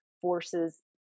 forces